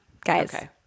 Guys